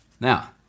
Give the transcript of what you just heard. Now